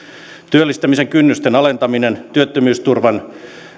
työllistämisen kynnysten alentaminen työttömyysturvan